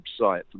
website